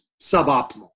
suboptimal